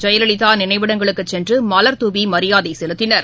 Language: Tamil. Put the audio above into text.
ஜெயலலிதாநினைவிடங்களுக்குசென்றுமலர் தாவிமரியாதைசெலுத்தினர்